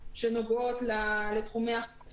המנהל ובאחריותי.